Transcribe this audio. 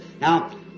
Now